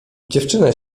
dziewczynę